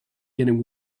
getting